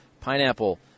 pineapple